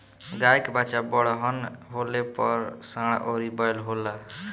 गाय के बच्चा बड़हन होले पर सांड अउरी बैल होला